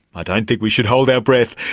ah don't think we should hold our breath!